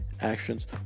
actions